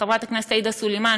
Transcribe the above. חברת הכנסת עאידה תומא סלימאן,